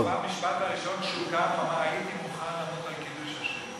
והמשפט הראשון שהוא אמר כשהוא קם היה: הייתי מוכן למות על קידוש השם.